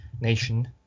nation